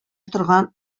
торган